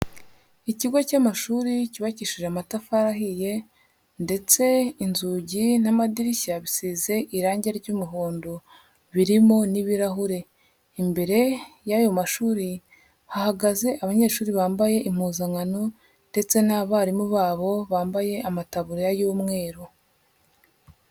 Ikigo cy'amashuri cyubakishije amatafari ahiye ndetse inzugi n'amadirishya ya bisize irange ry'umuhondo birimo n'ibirahure, imbere y'ayo mashuri hahagaze abanyeshuri bambaye impuzankano ndetse n'abarimu babo bambaye amataburiya y'umweru.